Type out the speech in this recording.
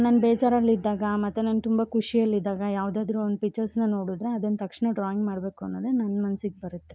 ನಾನು ಬೇಜಾರಲ್ಲಿದ್ದಾಗ ಮತ್ತು ನಾನು ತುಂಬ ಖುಷಿಯಲ್ ಇದ್ದಾಗ ಯಾವುದಾದ್ರು ಒಂದು ಪಿಕ್ಚರ್ಸ್ನ ನೋಡಿದ್ರೆ ಅದ್ನ ತಕ್ಷಣ ಡ್ರಾಯಿಂಗ್ ಮಾಡಬೇಕು ಅನ್ನೋದೆ ನನ್ನ ಮನ್ಸಿಗೆ ಬರುತ್ತೆ